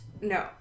No